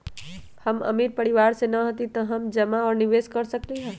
हम अमीर परिवार से न हती त का हम जमा और निवेस कर सकली ह?